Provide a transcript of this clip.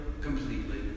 completely